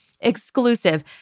exclusive